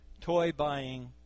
toy-buying